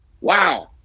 wow